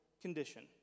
condition